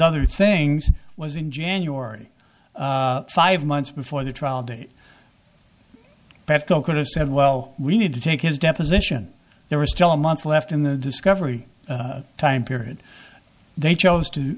other things was in january five months before the trial date well we need to take his deposition there was still a month left in the discovery time period they chose to